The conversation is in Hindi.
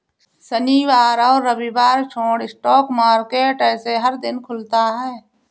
शनिवार और रविवार छोड़ स्टॉक मार्केट ऐसे हर दिन खुलता है